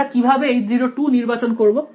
আমরা কিভাবে H0 নির্বাচন করব